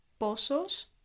posos